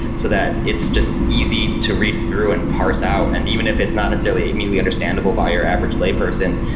so that it's just easy to read through and parse out. and even if it's not necessarily immediately understandable by your average layperson,